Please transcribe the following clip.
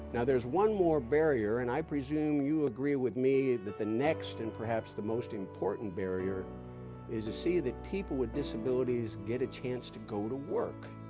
now there's one more barrier and i presume you agree with me that the next and perhaps the most important barrier is to see that people with disabilities get a chance to go to work.